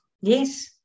Yes